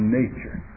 nature